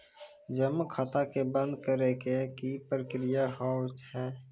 जमा खाता के बंद करे के की प्रक्रिया हाव हाय?